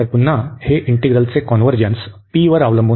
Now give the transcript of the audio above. तर पुन्हा हे इंटीग्रलचे कॉन्व्हर्जन्स p वर अवलंबून आहे